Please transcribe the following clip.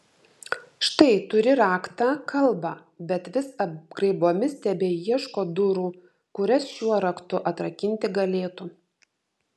štai turi raktą kalbą bet vis apgraibomis tebeieško durų kurias šiuo raktu atrakinti galėtų